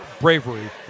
bravery